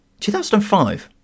2005